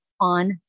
on